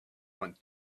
want